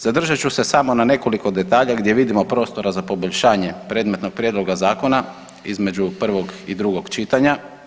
Zadržat ću se samo na nekoliko detalja gdje vidimo prostora za poboljšanje predmetnog prijedloga zakona između prvog i drugog čitanja.